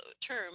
term